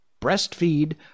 breastfeed